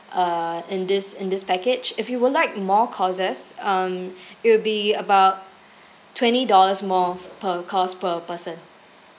uh in this in this package if you would like more courses um it will be about twenty dollars more per course per person